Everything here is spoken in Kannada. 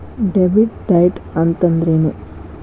ಡೆಬಿಟ್ ಡೈಟ್ ಅಂತಂದ್ರೇನು?